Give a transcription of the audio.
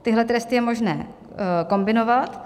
Tyhle tresty je možné kombinovat.